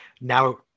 now